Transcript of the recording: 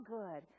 good